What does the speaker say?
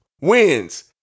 wins